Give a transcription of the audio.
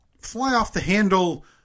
fly-off-the-handle